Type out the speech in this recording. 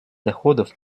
доходов